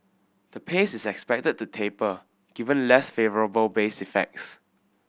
the pace is expected to taper given less favourable base effects